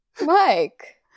Mike